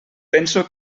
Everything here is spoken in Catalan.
penso